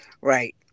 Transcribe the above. Right